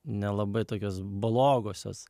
nelabai tokios blogosios